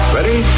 Ready